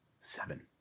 seven